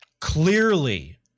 Clearly